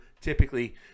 typically